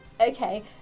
okay